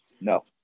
No